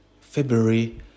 February